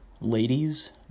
Ladies